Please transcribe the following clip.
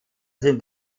sind